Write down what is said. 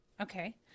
Okay